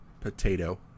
potato